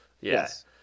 yes